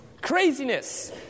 craziness